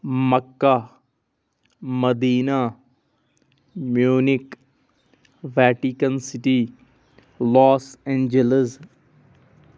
Makkah Medina Munich Vatican City Los Angeles